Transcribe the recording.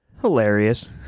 Hilarious